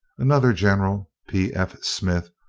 another general, p. f. smith,